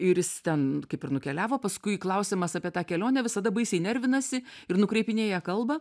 ir jis ten kaip ir nukeliavo paskui klausiamas apie tą kelionę visada baisiai nervinasi ir nukreipinėja kalbą